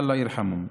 אללה ירחמם.